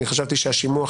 אני חשבתי שהשימוע,